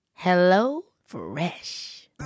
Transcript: HelloFresh